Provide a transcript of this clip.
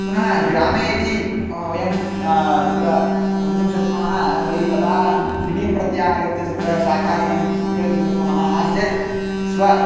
पुनः ग्रामे यदि वयं तत्र उषितुं शक्नुमः तर्हि ततः सिटीं प्रति आगत्य तत्र शाकादिकं क्रेतुं शक्नुमः नास्ति चेत् स्व